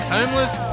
Homeless